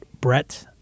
Brett